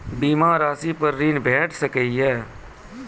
बीमा रासि पर ॠण भेट सकै ये?